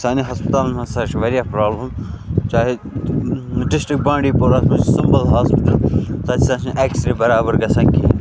سانٮ۪ن ہَسپَتالَن ہَسا چھِ واریاہ پرابلم چاہے ڈِسٹرک بانڈیپوراہَس مَنٛز چھُ سُمبل ہاسپِٹَل تَتہِ ہسا چھُنہٕ ایٚکس رے بَرابَر گَژھان کِہیٖنۍ